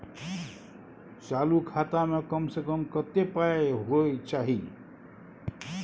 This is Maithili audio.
चालू खाता में कम से कम कत्ते पाई होय चाही?